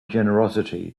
generosity